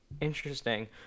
Interesting